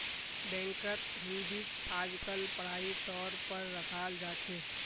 बैंकत हुंडीक आजकल पढ़ाई तौर पर रखाल जा छे